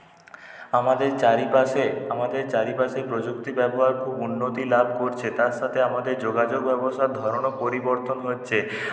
আমাদের চারিপাশে আমাদের চারিপাশে প্রযুক্তি ব্যবহার খুব উন্নতি লাভ করছে তার সাথে আমাদের যোগাযোগ ব্যবস্থার ধরনও পরিবর্তন হচ্ছে